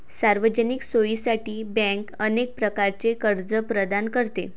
सार्वजनिक सोयीसाठी बँक अनेक प्रकारचे कर्ज प्रदान करते